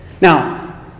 Now